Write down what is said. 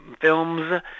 films